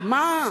על מה?